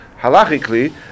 halachically